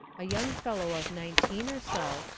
a young fellow of nineteen or so,